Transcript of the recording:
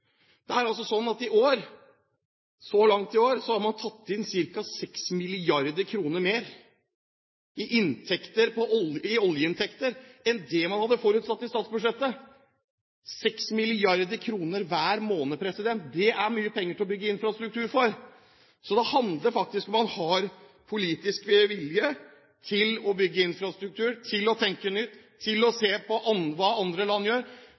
har man altså tatt inn ca. 6 mrd. kr mer i oljeinntekter enn det man hadde forutsatt i statsbudsjettet – 6 mrd. kr hver måned er mye penger å bygge infrastruktur for. Så det handler faktisk om man har politisk vilje til å bygge infrastruktur, til å tenke nytt, til å se på hva andre land gjør.